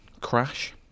crash